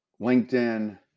LinkedIn